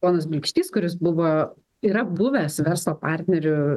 ponas bilkštys kuris buvo yra buvęs verslo partneriu